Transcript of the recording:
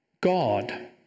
God